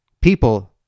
People